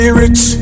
rich